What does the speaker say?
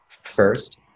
first